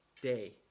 day